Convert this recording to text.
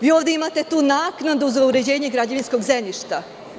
Vi ovde imate tu naknadu za uređenje građevinskog zemljišta.